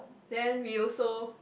then we also